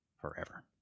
forever